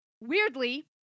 Weirdly